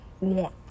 want